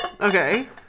Okay